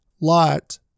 Lot